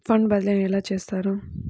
Fund బదిలీ ఎలా చేస్తారు?